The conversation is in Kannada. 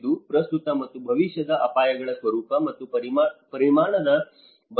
ಇದು ಪ್ರಸ್ತುತ ಮತ್ತು ಭವಿಷ್ಯದ ಅಪಾಯಗಳ ಸ್ವರೂಪ ಮತ್ತು ಪರಿಮಾಣದ ಬಗ್ಗೆ ಮಾತನಾಡಬಹುದು